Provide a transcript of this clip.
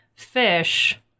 fish